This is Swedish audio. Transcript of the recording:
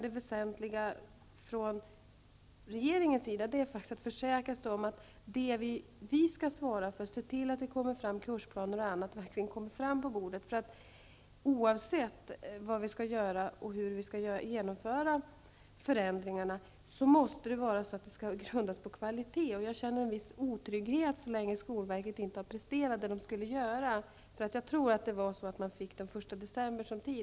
Det viktigaste för regeringen just nu är att försäkra sig om att det den skall svara för, dvs. att det kommer fram kursplaner och annat, verkligen blir gjort. Oavsett hur förändringarna skall genomföras, måste de grundas på kvalitet. Jag känner en viss otrygghet så länge skolverket inte har presterat vad man skulle. Jag tror att den 1 december satts upp som sista datum.